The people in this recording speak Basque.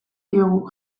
diogu